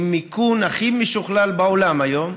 עם מיכון הכי משוכלל בעולם היום,